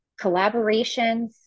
collaborations